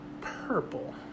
purple